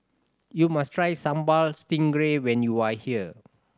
you must try Sambal Stingray when you are here